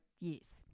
yes